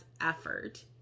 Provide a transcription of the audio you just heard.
effort